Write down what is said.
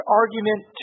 argument